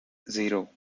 zero